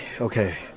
okay